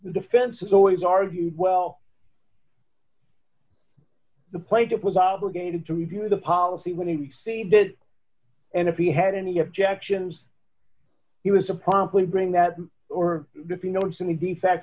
defense is always argued well the plaintiff was obligated to review the policy when he received it and if he had any objections he was a promptly bring that or if you notice any defect